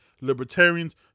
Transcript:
Libertarians